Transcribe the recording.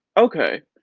okay,